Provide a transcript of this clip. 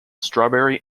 strawberry